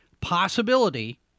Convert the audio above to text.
possibility